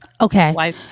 Okay